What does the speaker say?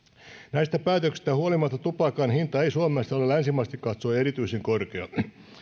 näistä päätöksistä huolimatta tupakan hinta ei suomessa ole länsimaisesti katsoen erityisen korkea